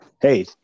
Hey